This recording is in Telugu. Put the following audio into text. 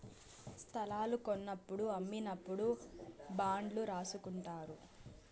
స్తలాలు కొన్నప్పుడు అమ్మినప్పుడు బాండ్లు రాసుకుంటారు